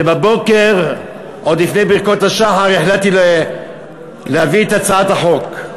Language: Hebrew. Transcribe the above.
ובבוקר עוד לפני ברכות השחר החלטתי להביא את הצעת החוק.